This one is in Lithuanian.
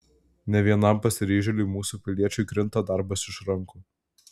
ne vienam pasiryžėliui mūsų piliečiui krinta darbas iš rankų